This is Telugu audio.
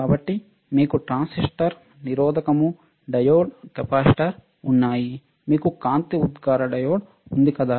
కాబట్టి మీకు ట్రాన్సిస్టర్ నిరోధకము డయోడ్ కెపాసిటర్ ఉన్నాయి మీకు కాంతి ఉద్గార డయోడ్ ఉంది కాదా